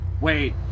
Wait